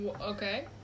Okay